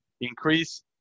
increase